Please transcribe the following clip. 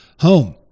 home